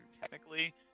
technically